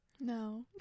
No